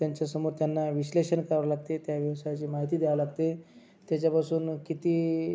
त्यांच्यासमोर त्यांना विश्लेषण करावे लागते त्या व्यवसायाची माहिती द्यावी लागते त्याच्यापासून किती